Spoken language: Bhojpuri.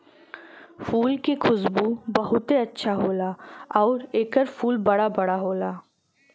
फूल के खुशबू बहुते अच्छा होला आउर एकर फूल बड़ा बड़ा होला